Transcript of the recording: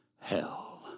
hell